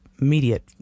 immediate